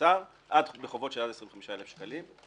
המקוצר בחובות של עד 25,000 שקלים,